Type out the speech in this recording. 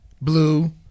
blue